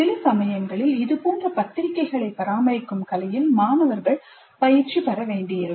சில சமயங்களில் இதுபோன்ற பத்திரிகைகளை பராமரிக்கும் கலையில் மாணவர்கள் பயிற்சி பெற வேண்டியிருக்கும்